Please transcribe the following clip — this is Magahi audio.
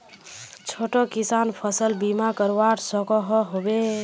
छोटो किसान फसल बीमा करवा सकोहो होबे?